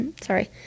Sorry